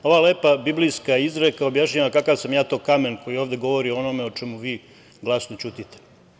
Ova lepa biblijska izreka objašnjava kakav sam ja to kamen koji ovde govori o onome o čemu vi glasno ćutite.